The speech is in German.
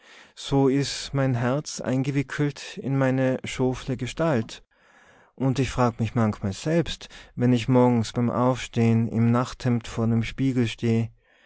so is mein herz eingewickelt in meine schofle gestalt und ich frag mich manchmal selbst wenn ich morgens beim aufstehen im nachthemd vor dem spiegel